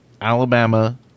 Alabama